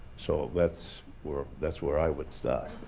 so that's where that's where i would start.